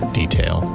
detail